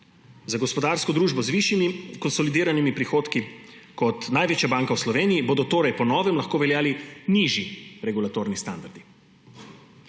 Za gospodarsko družbo z višjimi konsolidiranimi prihodki, kot je največja banka v Sloveniji, bodo torej po novem lahko veljali nižji regulatorni standardi.